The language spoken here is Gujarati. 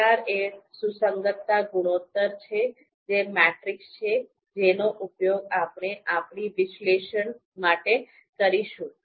CR એ સુસંગતતા ગુણોત્તર છે જે મેટ્રિક છે જેનો ઉપયોગ આપણે આપણી વિશ્લેષણ માટે કરીશું